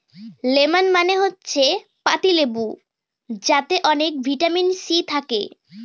lemon মানে হচ্ছে পাতি লেবু যাতে অনেক ভিটামিন সি থাকে